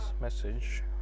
message